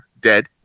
dead